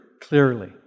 clearly